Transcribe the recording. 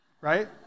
right